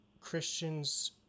Christians